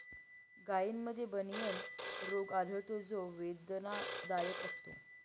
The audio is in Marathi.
गायींमध्ये बनियन रोग आढळतो जो वेदनादायक असतो